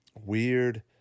weird